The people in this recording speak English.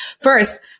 First